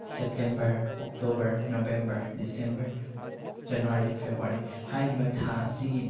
September October November December January February ꯍꯥꯏꯔꯤꯕ ꯊꯥ ꯑꯁꯤꯒꯤ